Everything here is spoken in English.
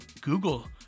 google